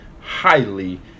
Highly